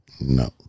No